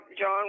John